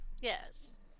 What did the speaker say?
Yes